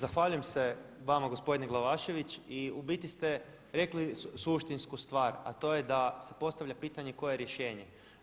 Zahvaljujem se vama gospodine Glavašević i u biti ste rekli suštinsku stvar a to je da se postavlja pitanje koje je rješenje.